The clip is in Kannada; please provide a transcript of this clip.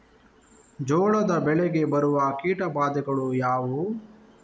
ಜೋಳದ ಬೆಳೆಗೆ ಬರುವ ಕೀಟಬಾಧೆಗಳು ಯಾವುವು?